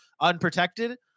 unprotected